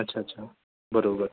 अच्छा अच्छा बरोबर